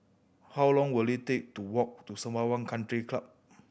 how long will it take to walk to Sembawang Country Club